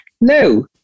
No